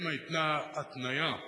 האם היתה התניה.